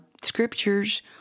scriptures